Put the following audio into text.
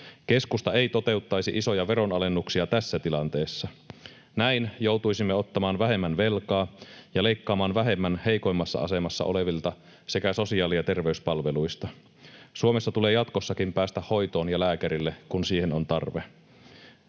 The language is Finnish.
Keskusta ei toteuttaisi isoja veronalennuksia tässä tilanteessa. Näin joutuisimme ottamaan vähemmän velkaa ja leikkaamaan vähemmän heikoimmassa asemassa olevilta sekä sosiaali- ja terveyspalveluista. Suomessa tulee jatkossakin päästä hoitoon ja lääkärille, kun siihen on tarve.